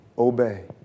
Obey